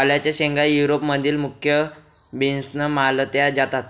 वालाच्या शेंगा युरोप मधील मुख्य बीन्स मानल्या जातात